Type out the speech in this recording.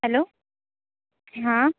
hello हां